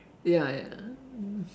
ya ya